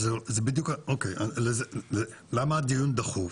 אז, אוקיי, למה הדיון דחוף?